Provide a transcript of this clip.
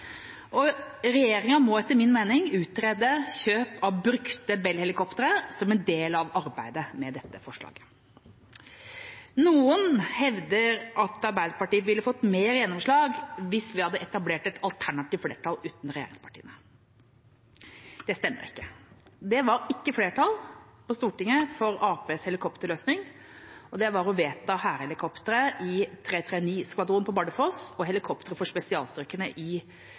Regjeringa må etter min mening utrede kjøp av brukte Bell-helikoptre som en del av arbeidet med dette forslaget. Noen hevder at Arbeiderpartiet ville ha fått mer gjennomslag hvis vi hadde etablert et alternativt flertall uten regjeringspartiene. Det stemmer ikke. Det var ikke flertall på Stortinget for Arbeiderpartiets helikopterløsning, som var å vedta hærhelikoptre i 339-skvadronen på Bardufoss og helikoptre for spesialstyrkene i